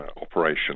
operation